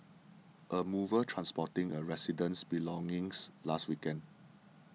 a mover transporting a resident's belongings last weekend